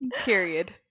Period